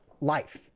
life